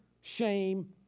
shame